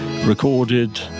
recorded